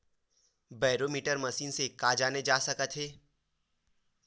Barometer machine से का जाना जा सकत हे?